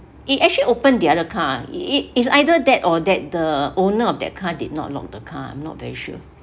it actually open the other car it is either that or that the owner of the car did not lock the car I'm not very sure